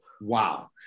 wow